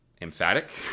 emphatic